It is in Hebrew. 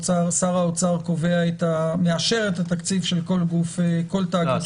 שר האוצר מאשר את התקציב של כל תאגיד ציבורי מכוח החוק.